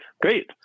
great